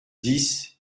dix